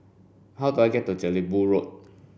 how do I get to Jelebu Road